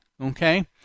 Okay